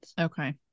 Okay